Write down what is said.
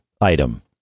item